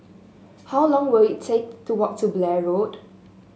how long will it take to walk to Blair Road